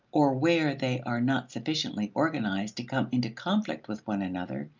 or where they are not sufficiently organized to come into conflict with one another,